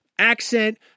Accent